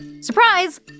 surprise